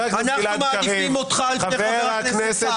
אנחנו מעדיפים אותך על פני חבר הכנסת סעדה.